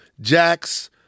Jax